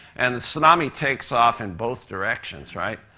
and the tsunami takes off in both directions, right?